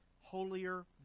holier